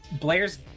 Blair's